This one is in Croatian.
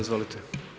izvolite.